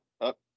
up